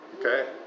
Okay